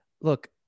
look